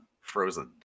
frozen